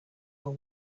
will